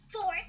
four